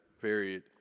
period